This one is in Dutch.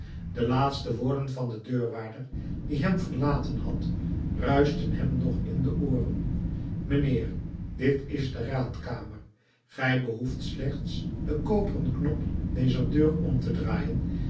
de laatste woorden van den deurwaarder die hem verlaten had ruischten hem nog in de ooren mijnheer dit is de raadkamer gij behoeft slechts den koperen knop dezer deur om te draaien